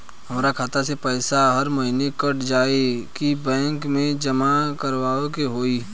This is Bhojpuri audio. हमार खाता से पैसा हर महीना कट जायी की बैंक मे जमा करवाए के होई?